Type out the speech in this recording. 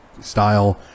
style